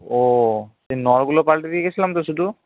ও সেই নলগুলো পাল্টে দিয়ে গেছিলাম তো শুধু